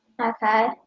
Okay